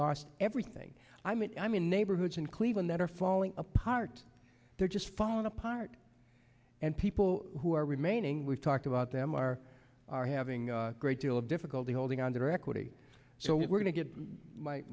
lost everything i mean i mean neighborhoods in cleveland that are falling apart they're just falling apart and people who are remaining we've talked about them are having a great deal of difficulty holding on their equity so we're going to get my